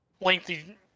lengthy